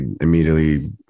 immediately